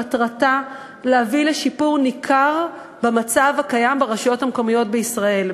מטרתה להביא לשיפור ניכר במצב הקיים ברשויות המקומיות בישראל.